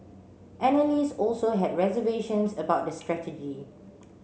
analysts also had reservations about the strategy